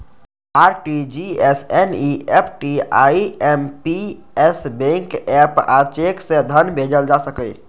RTGS, NEFT, IMPS, bank app आ cheque सं धन भेजल जा सकैए